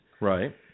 right